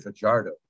Fajardo